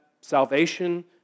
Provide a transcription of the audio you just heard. salvation